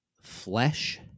flesh